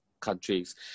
countries